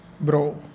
bro